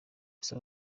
gusa